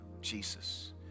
Jesus